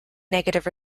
negative